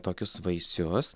tokius vaisius